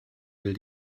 will